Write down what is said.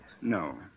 No